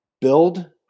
build